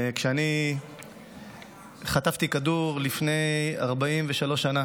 כשאני חטפתי כדור לפני 43 שנה